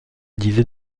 disait